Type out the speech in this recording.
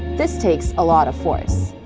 this takes a lot of force.